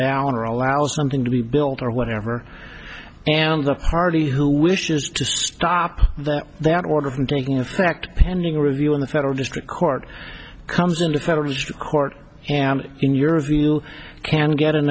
down or allow something to be built or whatever and the party who wishes to stop that that order from taking effect pending review in the federal district court comes into federal court and in your view can get an